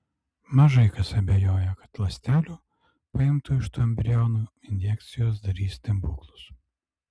mažai kas abejoja kad ląstelių paimtų iš tų embrionų injekcijos darys stebuklus